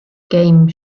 game